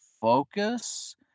focus